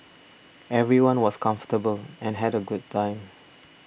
everyone was comfortable and had a good time